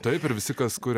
taip ir visi kas kuria